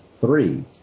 three